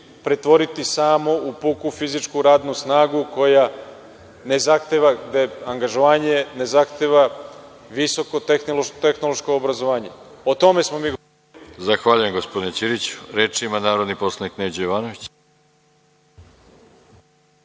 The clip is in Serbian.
pretvoriti samo u puku fizičku radnu snagu koja ne zahteva angažovanje, ne zahteva visoko tehnološko obrazovanje. O tome smo govorili. **Veroljub Arsić** Zahvaljujem gospodine Ćiriću. Reč ima narodni poslanik Neđo Jovanović.